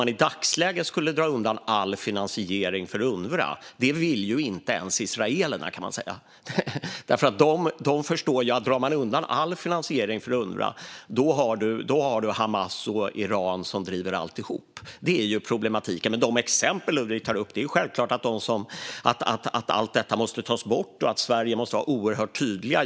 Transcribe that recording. Men i dagsläget vill, kan man säga, inte ens israelerna dra undan all finansiering för Unrwa, för de förstår att gör man det kommer Hamas och Iran att driva alltihop. Det är ju problematiken. När det gäller de exempel som Ludvig Aspling tar upp är det självklart att allt detta måste bort och att Sverige måste vara oerhört tydligt.